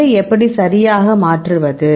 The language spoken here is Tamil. அதை எப்படி சரியாக மாற்றுவது